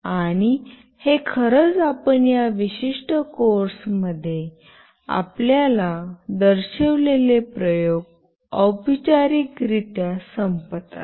आणि हे खरंच आपण या विशिष्ट कोर्समध्ये आपल्याला दर्शविलेले प्रयोग औपचारिक रित्या संपतात